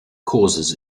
causes